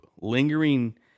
lingering